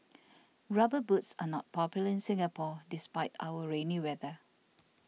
rubber boots are not popular in Singapore despite our rainy weather